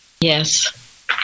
Yes